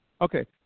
Okay